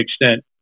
extent